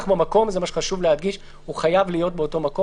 במקום חשוב להדגיש הוא חייב להיות במקום.